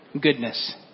goodness